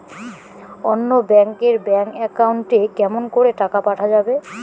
অন্য ব্যাংক এর bank account এ কেমন করে টাকা পাঠা যাবে?